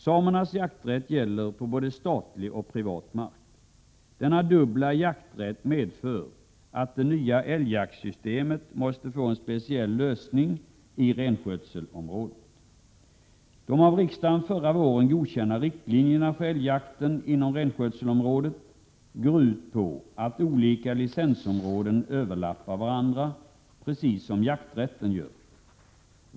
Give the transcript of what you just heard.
Samernas jakträtt gäller på både statlig och privat mark. Denna dubbla jakträtt medför att det nya älgjaktssystemet måste få en speciell lösning i renskötselområdet. De av riksdagen förra våren godkända riktlinjerna för älgjakten inom renskötselområdet går ut på att olika licensområden överlappar varandra, precis som jakträtten gör.